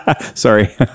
sorry